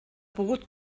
pogut